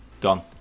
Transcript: gone